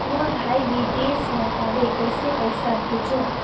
मोर भाई विदेश मे हवे कइसे पईसा भेजो?